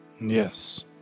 Yes